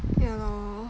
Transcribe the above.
yeah lor